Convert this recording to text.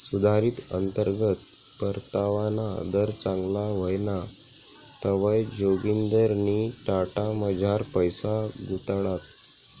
सुधारित अंतर्गत परतावाना दर चांगला व्हयना तवंय जोगिंदरनी टाटामझार पैसा गुताडात